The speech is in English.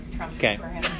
Okay